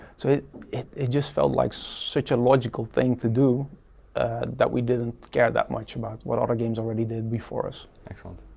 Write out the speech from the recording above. so it it just felt like such a logical thing to do that we didn't care that much about what other games already did before us. excellent.